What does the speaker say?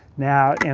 now, and